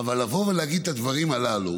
אבל לבוא ולהגיד את הדברים הללו